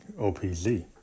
OPZ